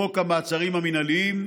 חוק המעצרים המינהליים,